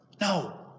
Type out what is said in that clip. No